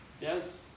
yes